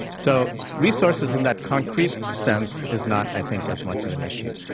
so resources in that concrete sense is not, i think, as much of an issue.